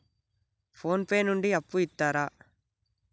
Phone pay నుండి అప్పు ఇత్తరా?